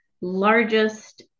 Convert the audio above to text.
largest